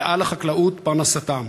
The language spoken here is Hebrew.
ועל החקלאות פרנסתם.